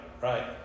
right